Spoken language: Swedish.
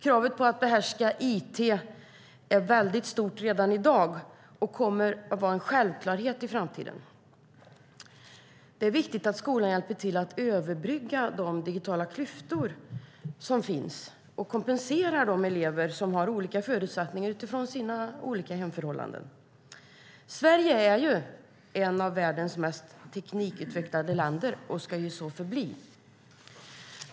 Kravet på att behärska it är väldigt stort redan i dag, och det kommer att vara en självklarhet i framtiden. Det är viktigt att skolan hjälper till att överbrygga de digitala klyftor som finns och kompensera för att elever har olika förutsättningar utifrån sina olika hemförhållanden. Sverige är ett av världens mest teknikutvecklade länder och ska så förbli.